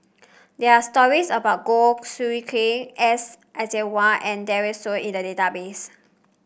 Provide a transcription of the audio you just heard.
there are stories about Goh Soo Khim S Iswaran and Daren Shiau in the database